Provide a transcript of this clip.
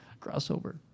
Crossover